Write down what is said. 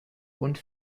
und